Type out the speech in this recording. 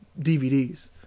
DVDs